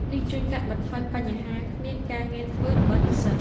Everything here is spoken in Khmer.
នេះជួយកាត់បន្ថយបញ្ហាគ្មានការងារធ្វើរបស់និស្សិត។